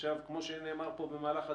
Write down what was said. עכשיו, כמו שנאמר פה במהלך הדיון,